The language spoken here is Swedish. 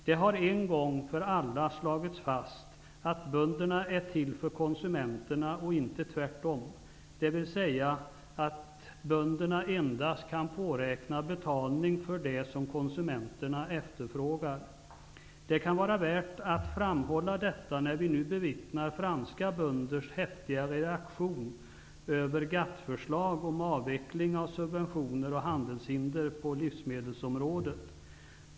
Det har en gång för alla slagits fast att bönderna är till för konsumenterna och inte tvärt om. Det innebär att bönderna endast kan påräkna betalning för det som konsumenter efterfrågar. Det kan vara värt att framhålla detta när vi nu bevittnar franska bönders häftiga reaktion över GATT-förslag om avveckling av subventioner och handelshinder på livsmedelsområdet.